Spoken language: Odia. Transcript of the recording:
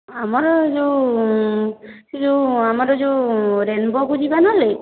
ଆମର ଏ ଯେଉଁ ଏ ଯେଉଁ ଆମର ଯେଉଁ ରେନ୍ବୋକୁ ଯିବା ନହେଲେ